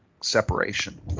separation